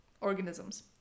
organisms